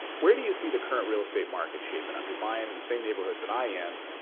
where do you see the current real estate market shaping up? you're buying in the same neighborhoods that i am.